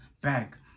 back